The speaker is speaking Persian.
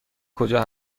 کجا